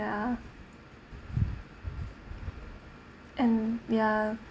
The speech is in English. ya and ya